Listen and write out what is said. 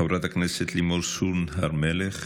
חברת הכנסת לימור סון הר מלך.